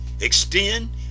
extend